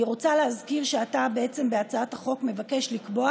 אני רוצה להזכיר שבהצעת החוק אתה מבקש לקבוע